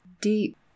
deep